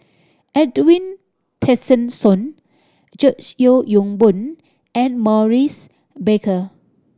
Edwin Tessensohn George Yeo Yong Boon and Maurice Baker